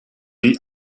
die